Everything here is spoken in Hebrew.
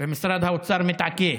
ומשרד האוצר מתעקש,